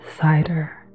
cider